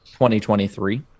2023